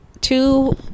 two